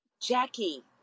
Jackie